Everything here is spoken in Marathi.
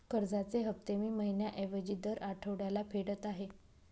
कर्जाचे हफ्ते मी महिन्या ऐवजी दर आठवड्याला फेडत आहे